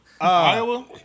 Iowa